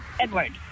Edward